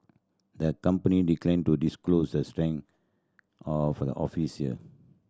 the company declined to disclose the strength of its office here